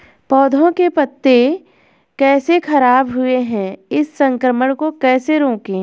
पौधों के पत्ते कैसे खराब हुए हैं इस संक्रमण को कैसे रोकें?